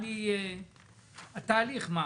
התהליך מהו?